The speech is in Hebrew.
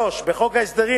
3. בחוק ההסדרים,